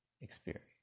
Experience